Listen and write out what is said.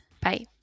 Bye